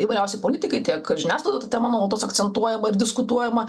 įvairiausi politikai tiek žiniasklaidoj ta tema nuolatos akcentuojama ir diskutuojama